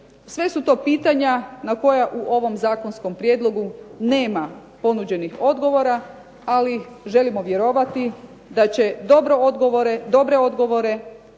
sve su to pitanja na koja u ovom zakonskom prijedlogu nema ponuđenih odgovora, ali želimo vjerovati da će dobre odgovore